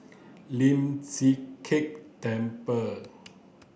Lian Chee Kek Temple